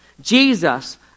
Jesus